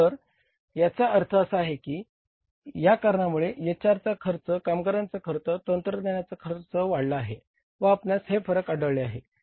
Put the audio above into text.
तर याचा अर्थ असा आहे की या कारणामुळे एच आर चा खर्च कामगारांचा खर्च तंत्रज्ञानांचा खर्च वाढला आहे व आपणास हे फरक आढळले आहे